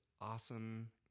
awesome